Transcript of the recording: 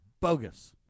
bogus